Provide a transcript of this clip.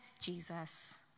Jesus